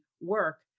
work